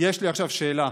יש לי עכשיו שאלה: